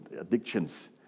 addictions